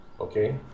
okay